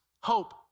Hope